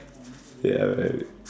ya man